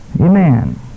amen